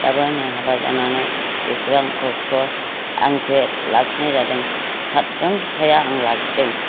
दाबो नै हाबा जानानै एसेबां खस्त' आंसो लाखिनाय जादों सातजन फिसाया आं लाखिदों